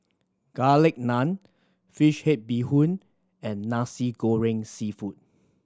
Garlic Naan fish head bee hoon and Nasi Goreng Seafood